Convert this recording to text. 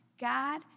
God